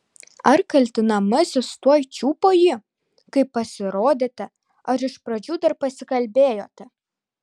ar kaltinamasis tuoj čiupo jį kai pasirodėte ar iš pradžių dar pasikalbėjote